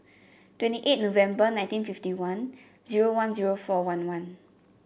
twenty eight November nineteen fifty one zero one zero four one one